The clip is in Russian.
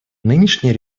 нынешние